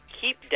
keep